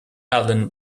alan